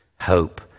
hope